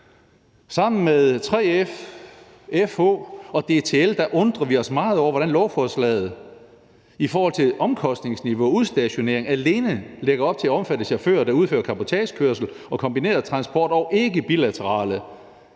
sammen med 3F, FH og DTL undrer vi os meget over, hvordan lovforslaget i forhold til omkostningsniveau og udstationering alene lægger op til at omfatte chauffører, der udfører cabotagekørsel og kombineret transport, og ikke bilaterale